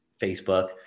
Facebook